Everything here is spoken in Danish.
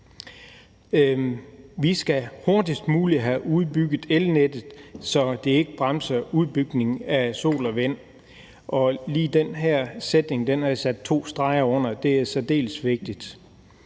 Vi skal hurtigst muligt have udbygge elnettet, så det ikke bremser udbygningen af sol- og vindenergi, og lige den her sætning har jeg sat to streger under – det er særdeles vigtigt.